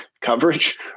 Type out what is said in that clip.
coverage